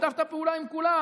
שיתפת פעולה עם כולם,